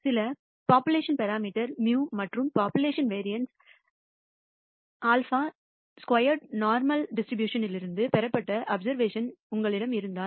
சில population parameter μ மற்றும் population variance σ square normal distribution லிருந்து பெறப்பட்ட அப்சர்வேஷன் உங்களிடம் இருந்தால்